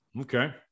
Okay